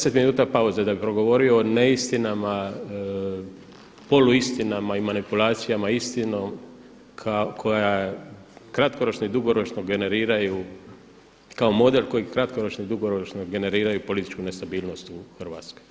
10 minuta pauze da bih progovorio o neistinama, poluistinama i manipulacijama istinom koja kratkoročno i dugoročno generiraju kao model koji kratkoročno i dugoročno generiraju političku nestabilnost u Hrvatskoj.